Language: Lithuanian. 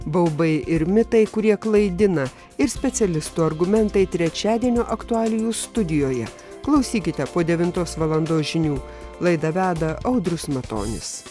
baubai ir mitai kurie klaidina ir specialistų argumentai trečiadienio aktualijų studijoje klausykite po devintos valandos žinių laidą veda audrius matonis